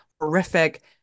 horrific